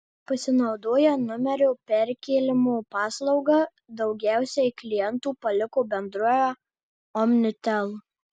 pasinaudoję numerio perkėlimo paslauga daugiausiai klientų paliko bendrovę omnitel